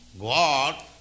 God